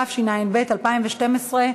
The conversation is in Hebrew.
התשע"ב 2012,